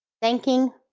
thanking,